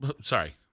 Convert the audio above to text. sorry